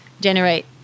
generate